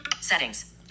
Settings